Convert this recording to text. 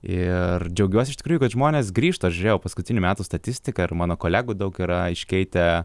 ir džiaugiuosi iš tikrųjų kad žmonės grįžta aš žiūrėjau paskutinių metų statistiką ir mano kolegų daug yra iškeitę